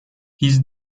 his